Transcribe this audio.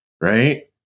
Right